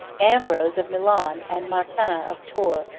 ambrose of milan, and martin of tours,